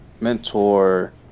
mentor